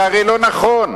זה הרי לא נכון.